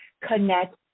connect